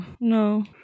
no